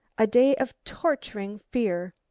a day of torturing fear!